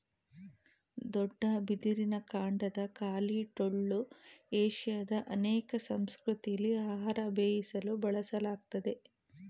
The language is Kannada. ದೊಡ್ಡ ಬಿದಿರಿನ ಕಾಂಡದ ಖಾಲಿ ಟೊಳ್ಳು ಏಷ್ಯಾದ ಅನೇಕ ಸಂಸ್ಕೃತಿಲಿ ಆಹಾರ ಬೇಯಿಸಲು ಬಳಸಲಾಗ್ತದೆ